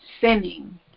sinning